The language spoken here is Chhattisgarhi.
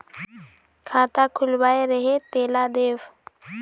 खाता खुलवाय रहे तेला देव?